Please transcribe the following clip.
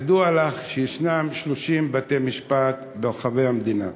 ידוע לך שיש 30 בתי-משפט ברחבי המדינה,